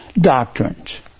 doctrines